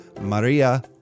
Maria